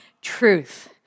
truth